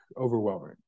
overwhelming